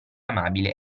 amabile